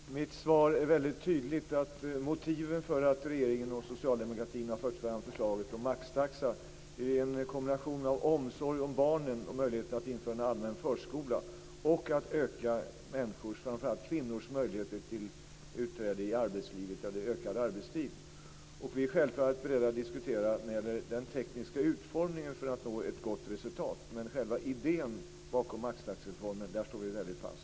Fru talman! Mitt svar är väldigt tydligt. Motiven för att regeringen och socialdemokratin har fört fram förslaget om maxtaxa är en kombination av omsorg om barnen och möjligheter att införa en allmän förskola och att öka människors, framför allt kvinnors, möjligheter till utträde i arbetslivet eller ökad arbetstid. Vi är självfallet beredda att diskutera den tekniska utformningen för att nå ett gott resultat, men i själva idén bakom maxtaxereformen står vi väldigt fast.